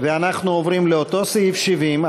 אנחנו עוברים לאותו סעיף 70,